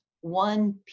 one